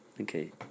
Okay